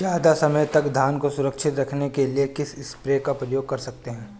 ज़्यादा समय तक धान को सुरक्षित रखने के लिए किस स्प्रे का प्रयोग कर सकते हैं?